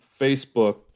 Facebook